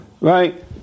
Right